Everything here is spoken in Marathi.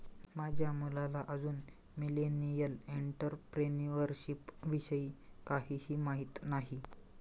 माझ्या मुलाला अजून मिलेनियल एंटरप्रेन्युअरशिप विषयी काहीही माहित नाही